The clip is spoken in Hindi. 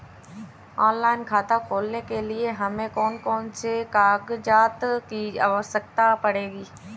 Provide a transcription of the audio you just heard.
ऑनलाइन खाता खोलने के लिए हमें कौन कौन से कागजात की आवश्यकता पड़ेगी?